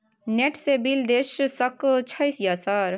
Net से bill देश सक छै यह सर?